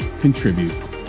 Contribute